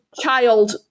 child